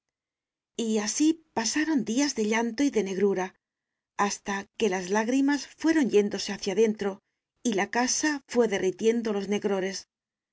así pasaron días de llanto y de negrura hasta que las lágrimas fueron yéndose hacia dentro y la casa fué derritiendo los negrores